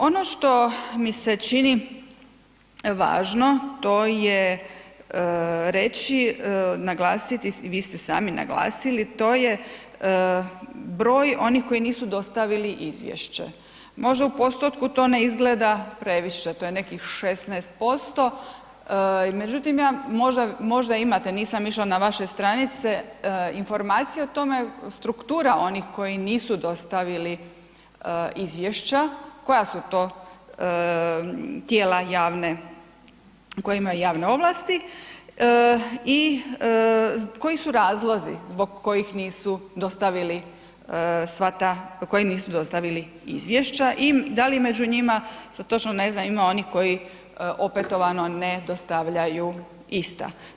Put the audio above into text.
Ono što mi se čini važno, to je reći, naglasiti, vi ste sami naglasili, to je broj onih koji nisu dostavili izvješće. možda u postotku to ne izgleda previše, to je nekih 16%, međutim možda imate, nisam išla na vaše stranice, informacije o tome, struktura onih koji nisu dostavili izvješća, koja su to tijela javne, koje imaju javne ovlasti i koji su razlozi zbog koji nisu dostavili izvješća i da li među njima se točno ne zna ime onih koji opetovano ne dostavljaju ista.